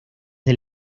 del